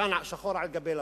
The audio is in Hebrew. כאן, שחור על גבי לבן.